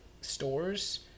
stores